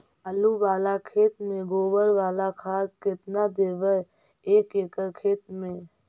आलु बाला खेत मे गोबर बाला खाद केतना देबै एक एकड़ खेत में?